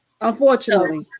unfortunately